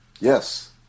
Yes